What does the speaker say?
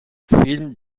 film